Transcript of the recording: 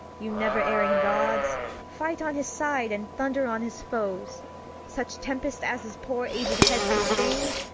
you never erring gods fight on his side, and thunder on his foes such tempests as his poor ag'd head sustain'd.